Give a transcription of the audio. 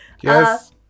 Yes